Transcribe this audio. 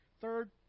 Third